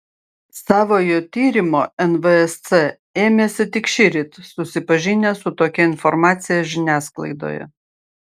savojo tyrimo nvsc ėmėsi tik šįryt susipažinę su tokia informacija žiniasklaidoje